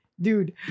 dude